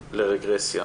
לרגרסיה.